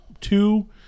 two